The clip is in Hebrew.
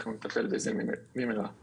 אנחנו נטפל בזה במהרה.